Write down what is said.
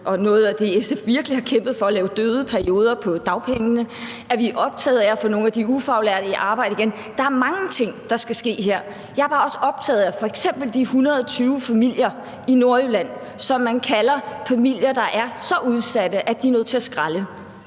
noget af det, SF virkelig har kæmpet for, nemlig døde perioder i dagpengene. Vi har været optaget af at få nogle af de ufaglærte i arbejde igen. Der er mange ting, der skal ske her. Jeg er bare også optaget af f.eks. de 120 familier i Nordjylland, som er så udsatte, at de er nødt til at skralde.